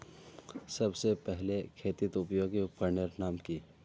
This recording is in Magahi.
सबसे पहले खेतीत उपयोगी उपकरनेर नाम की?